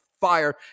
fire